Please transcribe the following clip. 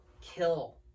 kill